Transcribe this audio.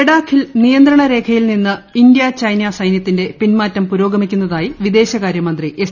ലഡാഖിൽ നിയന്ത്രണ രേഖയിൽ നിന്ന് ഇന്തൃ ചൈന സൈനൃത്തിന്റെ പിൻമാറ്റം പുരോഗമിക്കുന്നതായി വിദേശകാര്യമന്ത്രി എസ്